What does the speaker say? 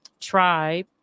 tribe